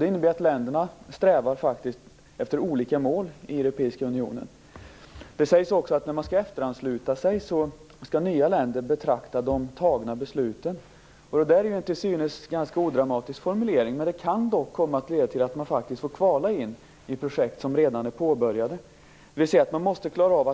Det innebär att länderna faktiskt strävar efter olika mål i Europeiska unionen. Det sägs att när man skall efteransluta sig skall nya länder betrakta de tagna besluten. Det är en till synes ganska odramatisk formulering, men detta kan leda till att man faktiskt får kvala in i projekt som redan är påbörjade. Man måste alltså klara